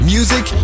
Music